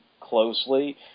closely